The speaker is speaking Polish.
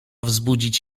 wzbudzić